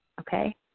okay